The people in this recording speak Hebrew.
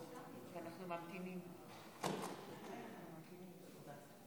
הם לא כל כך יודעים איך לאכול את זה שאין תעודת זהות.